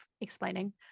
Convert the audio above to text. explaining